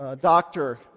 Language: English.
doctor